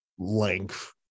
length